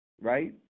right